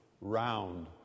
round